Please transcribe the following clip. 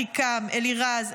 אחיקם אלירז,